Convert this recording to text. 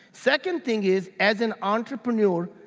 second thing is, as an entrepreneur,